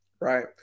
Right